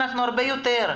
אנחנו הרבה יותר.